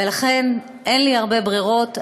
לכן, אין לי הרבה ברירות.